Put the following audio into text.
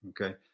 okay